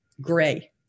gray